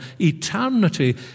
eternity